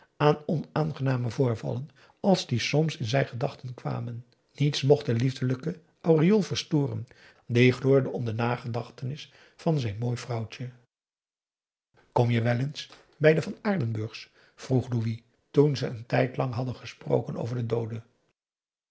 aan onaangename voorvallen als die soms in zijn gedachten kwamen niets mocht de lieflijke aureool verstoren die gloorde om de nagedachtenis van zijn mooi vrouwtje kom je wel eens bij de van aardenburgs vroeg louis toen ze een tijd lang hadden gesproken over de doode